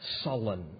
sullen